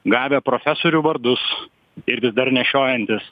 gavę profesorių vardus ir vis dar nešiojantys